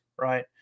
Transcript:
right